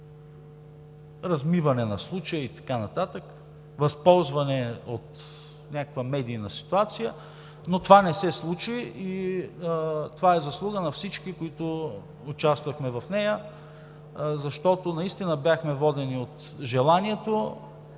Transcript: размиване на случая и така нататък, възползване от някаква медийна ситуация, но това не се случи и това е заслуга на всички, които участвахме в нея. Защото наистина бяхме водени от желанието,